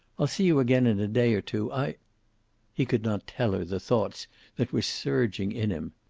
i'll see you again in a day or two. i he could not tell her the thoughts that were surging in him.